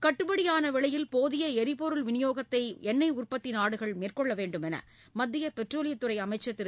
கட்டுபடியான விலையில் போதிய எரிபொருள் விநியோகத்தை எண்ணெய் மேற்கொள்ள வேண்டும் என்று மத்திய பெட்ரோலியத்துறை அமைச்சர் திரு